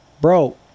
bro